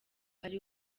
ari